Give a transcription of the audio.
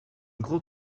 grand